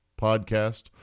podcast